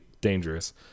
dangerous